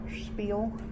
spiel